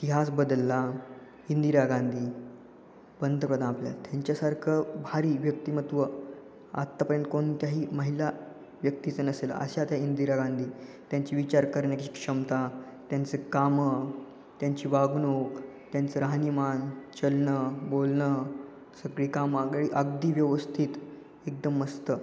इतिहास बदलला इंदिरा गांधी पंतप्रधान बनल्या त्यांच्यासारखं भारी व्यक्तिमत्व आत्तापर्यंत कोणत्याही महिला व्यक्तीचं नसेल अशा त्या इंदिरा गांधी त्यांची विचार करण्याची क्षमता त्यांची कामं त्यांची वागणूक त्यांचं राहणीमान चालणं बोलणं सगळी कामं अगदी व्यवस्थित एकदम मस्त